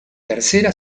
tercera